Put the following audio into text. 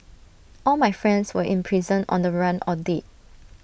all my friends were in prison on the run or dead